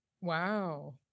Wow